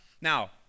Now